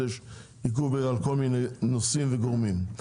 יש עיכוב בגלל כל מיני נושאים וגורמים.